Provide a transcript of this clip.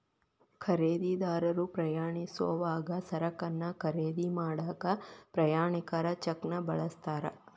ಖರೇದಿದಾರರು ಪ್ರಯಾಣಿಸೋವಾಗ ಸರಕನ್ನ ಖರೇದಿ ಮಾಡಾಕ ಪ್ರಯಾಣಿಕರ ಚೆಕ್ನ ಬಳಸ್ತಾರ